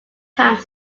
time